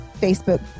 Facebook